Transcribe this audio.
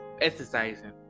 exercising